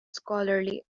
scholarly